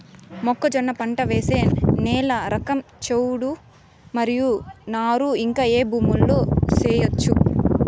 మొక్కజొన్న పంట వేసే నేల రకం చౌడు మరియు నారు ఇంకా ఏ భూముల్లో చేయొచ్చు?